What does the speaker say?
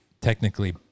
technically